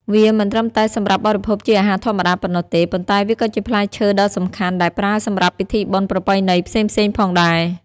វាមិនត្រឹមតែសម្រាប់បរិភោគជាអាហារធម្មតាប៉ុណ្ណោះទេ ប៉ុន្តែវាក៏ជាផ្លែឈើដ៏សំខាន់ដែលប្រើសម្រាប់ពិធីបុណ្យប្រពៃណីផ្សេងៗផងដែរ។